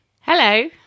Hello